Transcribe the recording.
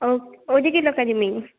ഓ ഒരു കിലോ കരിമീൻ